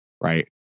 right